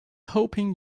hoping